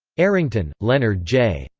arrington, leonard j.